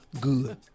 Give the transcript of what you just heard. good